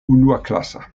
unuaklasa